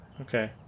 okay